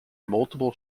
multiple